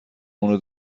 اونو